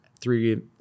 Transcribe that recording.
three